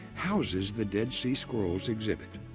houses the dead sea scrolls exhibit.